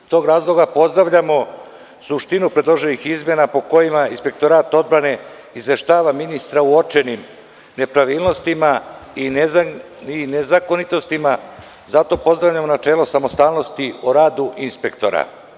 Iz tog razloga pozdravljamo suštinu predloženih izmenama po kojima Inspektorat odbrane izveštava ministra o uočenim nepravilnostima i nezakonitostima, zato pozdravljamo načelo samostalnosti o radu inspektora.